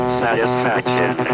satisfaction